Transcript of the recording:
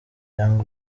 young